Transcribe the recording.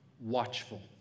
watchful